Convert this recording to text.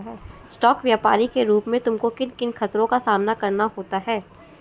Stock व्यापरी के रूप में तुमको किन किन खतरों का सामना करना होता है?